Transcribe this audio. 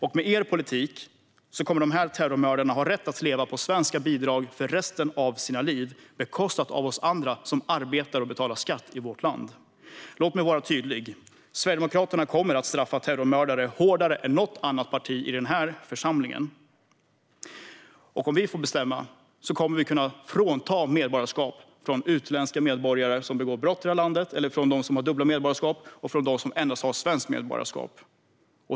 Med er politik kommer dessa terrormördare att ha rätt att leva på svenska bidrag under resten av sina liv. Det kommer att bekostas av oss andra, som arbetar och betalar skatt i vårt land. Låt mig vara tydlig: Sverigedemokraterna kommer att straffa terrormördare hårdare än något annat parti i denna församling. Om vi får bestämma kommer vi att kunna ta medborgarskapet från utländska medborgare som begår brott i detta land, från dem som har dubbla medborgarskap och från dem som endast har svenskt medborgarskap.